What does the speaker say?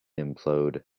implode